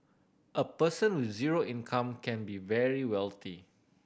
a person with zero income can be very wealthy